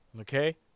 Okay